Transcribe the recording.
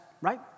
right